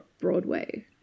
Broadway